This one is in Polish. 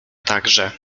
także